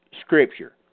scripture